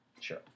Sure